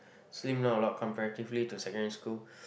slim down a lot comparatively to secondary school